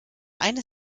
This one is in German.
eine